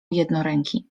jednoręki